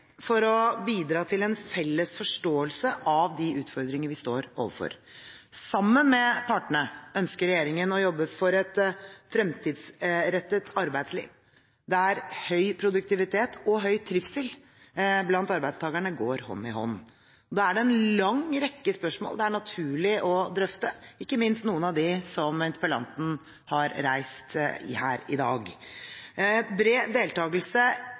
for å bidra til en felles forståelse av de utfordringer vi står overfor. Sammen med partene ønsker regjeringen å jobbe for et fremtidsrettet arbeidsliv, der høy produktivitet og høy trivsel blant arbeidstakerne går hånd i hånd. Da er det en lang rekke spørsmål det er naturlig å drøfte, ikke minst noen av dem som interpellanten har reist her i dag. Bred deltakelse